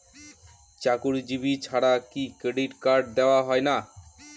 চাকুরীজীবি ছাড়া কি ক্রেডিট কার্ড দেওয়া হয় না?